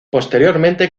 posteriormente